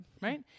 Right